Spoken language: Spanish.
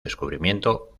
descubrimiento